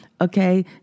okay